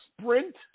sprint